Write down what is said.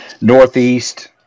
northeast